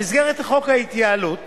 במסגרת חוק ההתייעלות